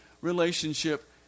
relationship